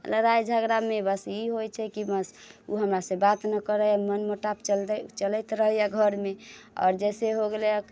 लड़ाइ झगड़ामे बस ई होइत छै कि बस ओ हमरा से बात नहि करैया मन मुटाओ चलतै चलैत रहैया घरमे आओर जइसे हो गेलै